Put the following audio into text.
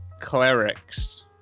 clerics